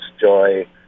joy